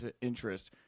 interest